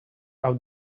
out